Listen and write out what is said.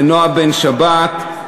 לנועה בן-שבת,